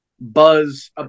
buzz